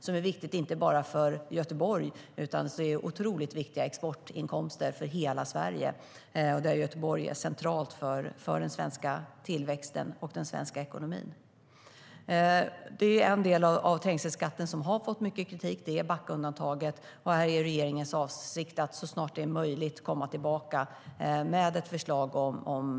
Det är viktigt inte bara för Göteborg utan innebär otroligt viktiga exportinkomster för hela Sverige. Göteborg är centralt för den svenska tillväxten och den svenska ekonomin. En del av trängselskatten som har fått mycket kritik är Backaundantaget, och det är regeringens avsikt att så snart som möjligt komma tillbaka med ett förslag om Backa.